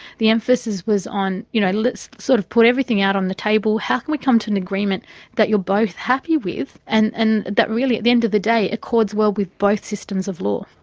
the emphasis was on you know sort of put everything out on the table, how can we come to an agreement that you're both happy with, and and that really at the end of the day, accords well with both systems of law.